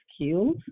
skills